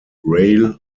rail